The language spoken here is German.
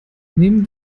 nehmen